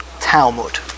Talmud